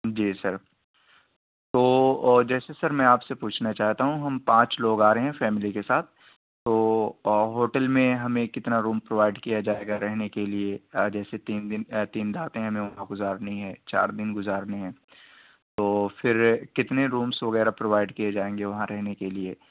جی sir تو جیسے sir میں آپ سے پوچھنا چاہتا ہوں ہم پانچ لوگ آ رہے ہیں فیملی کے ساتھ تو ہوٹل میں ہمیں کتنا روم پرووائیڈ کیا جائے گا رہنے کے لیے جیسے تین دن تین راتیں ہمیں وہاں گزارنی ہیں چار دن گزارنے ہیں تو پھر کتنے رومس وغیرہ پرووائیڈ کیے جائیں گے وہاں رہنے کے لیے